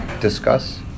discuss